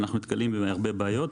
ואנחנו נתקלים בהרבה בעיות.